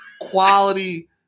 quality